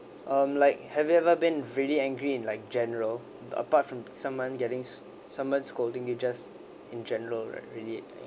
um like have you ever been really angry in like general apart from someone getting s~ someone scolding you just in general like really